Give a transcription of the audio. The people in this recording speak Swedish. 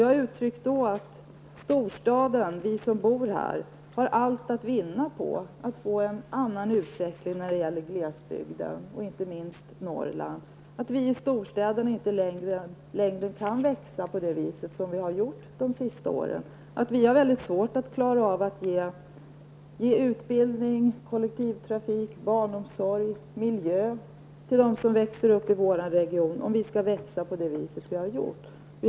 Jag har då uttryckt att vi som bor i storstaden har allt att vinna på en annan utveckling när det gäller glesbygden, och då inte minst i Norrland. Vi i storstäderna kan inte fortsätta att växa på samma vis som vi har gjort under de senaste åren. Om vår region fortsätter att växa som tidigare kommer vi att ha väldigt stora svårigheter att klara av att erbjuda dem som bor i regionen utbildning, kollektivtrafik, barnomsorg och en god miljö.